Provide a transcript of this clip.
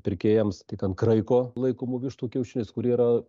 pirkėjams tik ant kraiko laikomų vištų kiaušinius kurie yra